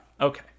Okay